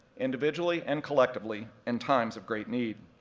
individually and collectively, in times of great need.